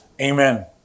Amen